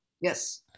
Yes